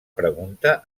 pregunta